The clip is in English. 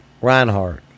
Reinhardt